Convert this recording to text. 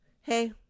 hey